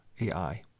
AI